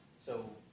so,